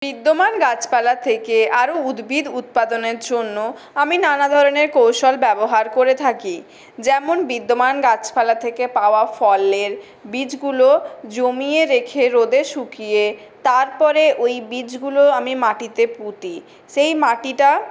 বিদ্যমান গাছপালা থেকে আরও উদ্ভিদ উৎপাদনের জন্য আমি নানা ধরণের কৌশল ব্যবহার করে থাকি যেমন বিদ্যমান গাছপালা থেকে পাওয়া ফলের বীজগুলো জমিয়ে রেখে রোদে শুকিয়ে তারপরে ওই বীজগুলো আমি মাটিতে পুঁতি সেই মাটিটা